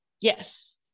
Yes